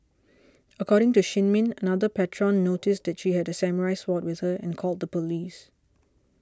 according to Shin Min another patron noticed that she had a samurai sword with her and called the police